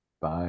bye